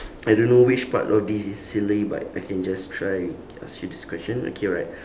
I don't know which part of this is silly but I can just try ask you this question okay right